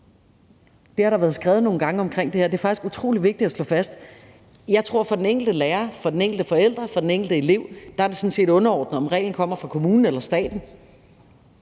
her har der været skrevet nogle gange omkring, og det er faktisk utrolig vigtigt at slå fast. Jeg tror, at for den enkelte lærer, for den enkelte forælder og for den enkelte elev er det sådan set underordnet, om reglen kommer fra kommunen eller staten